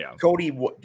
Cody